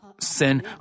sin